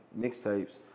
mixtapes